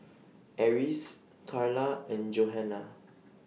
Eris Carla and Johannah